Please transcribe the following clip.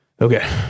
Okay